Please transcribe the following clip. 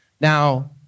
Now